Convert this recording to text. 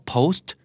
Post